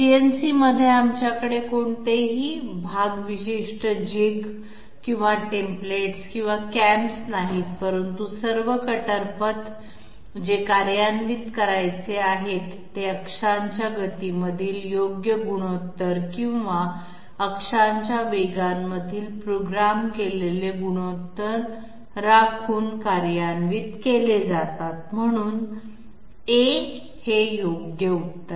सीएनसीमध्ये आमच्याकडे कोणतेही भाग विशिष्ट जिग किंवा टेम्पलेट्स किंवा कॅम्स नाहीत परंतु सर्व कटर पथ जे कार्यान्वित करायचे आहेत ते अक्षांच्या गतीमधील योग्य गुणोत्तर किंवा अक्षांच्या वेगांमधील प्रोग्राम केलेले गुणोत्तर राखून कार्यान्वित केले जातात म्हणून आहे योग्य उत्तर